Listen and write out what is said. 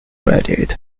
credit